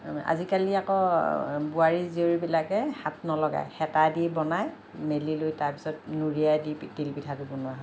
আজিকালি আকৌ বোৱাৰী জীয়ৰীবিলাকে হাত নলগাই হেতা দি বনাই মেলি লৈ তাৰ পিছত নুৰিয়াই দি তিলপিঠাটো বনোৱা হয়